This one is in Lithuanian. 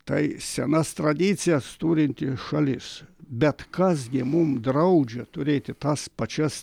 tai senas tradicijas turinti šalis bet kas gi mums draudžia turėti tas pačias